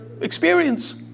experience